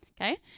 okay